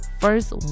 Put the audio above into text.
first